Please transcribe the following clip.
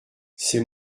c’est